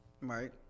Right